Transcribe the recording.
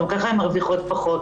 וגם כך הן מרוויחות פחות,